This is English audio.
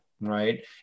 right